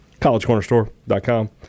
Collegecornerstore.com